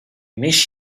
miss